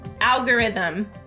algorithm